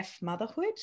motherhood